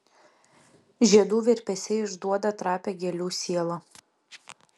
žiedų virpesiai išduoda trapią gėlių sielą